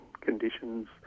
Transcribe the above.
conditions